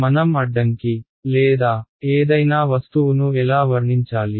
మనం అడ్డంకి లేదా ఏదైనా వస్తువును ఎలా వర్ణించాలి